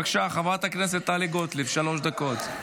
בבקשה, חברת הכנסת טלי גוטליב, שלוש דקות.